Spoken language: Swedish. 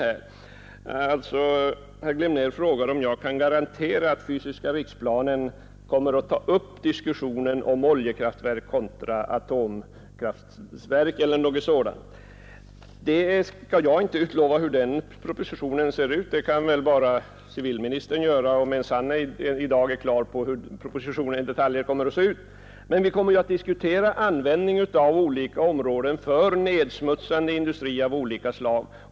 Herr Glimnér frågade om jag kan garantera att man i diskussionen om den fysiska riksplanen kommer att ta upp frågan om oljekraftverk kontra atomkraftverk. Jag skall inte göra några utfästelser om hur propositionen härom kommer att se ut. Det kan väl bara civilministern göra, om ens han i dag är på det klara med hur propositionen i detaljer kommer att se ut. Men vi kommer ju att diskutera användningen av olika områden för nedsmutsande industri av skilda slag.